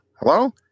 Hello